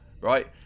right